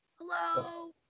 Hello